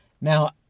now